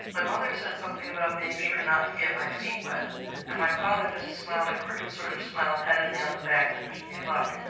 my mother said something about being sure not to get my feet wet and my father just smiled a crooked sort of smile, patted me on the back and wished me luck.